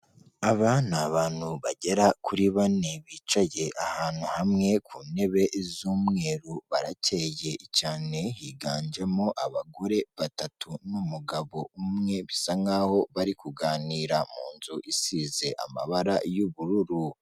Aba ni abantu bagera kuri bane bicaye ahantu hamwe ku ntebe z'umweru baracyeye cyane, higanjemo abagore batatu n'umugabo umwe, bisa nkaho bari kuganira mu nzu isize amabara y'ubururu.